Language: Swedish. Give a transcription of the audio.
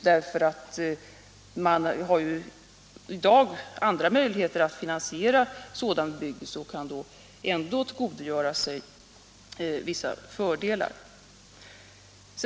Det finns ju i dag andra möjligheter att finansiera be 83 Om ökad rättvisa i byggelse, och man kan då ändå tillgodogöra sig vissa fördelar.